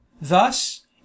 Thus